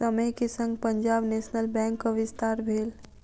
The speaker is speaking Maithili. समय के संग पंजाब नेशनल बैंकक विस्तार भेल